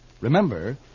Remember